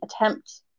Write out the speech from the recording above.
attempt